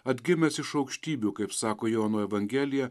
atgimęs iš aukštybių kaip sako jono evangelija